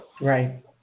Right